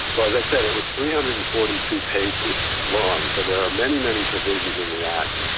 well they said it was three hundred and forty two pages long, so there are many, many provisions in the act,